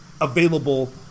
available